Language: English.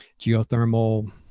geothermal